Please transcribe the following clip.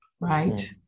Right